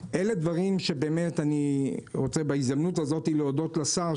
אלה דברים שבהזדמנות הזאת אני רוצה להודות לשר,